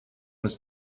was